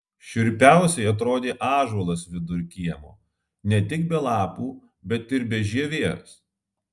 šiurpiausiai atrodė ąžuolas vidur kiemo ne tik be lapų bet ir be žievės